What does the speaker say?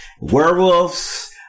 werewolves